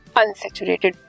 unsaturated